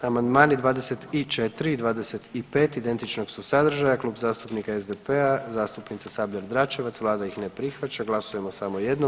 Amandmani 24 i 25 identičnog su sadržaja, Klub zastupnika SDP-a, zastupnica Sabljar Dračevac, Vlada ih ne prihvaća, glasujemo samo jednom.